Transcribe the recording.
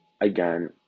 Again